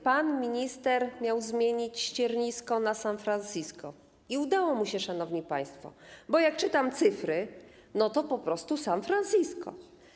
Pan minister miał zmienić ściernisko na San Francisco i udało mu się, szanowni państwo, bo jak czytam cyfry, to jest to po prostu jak San Francisco.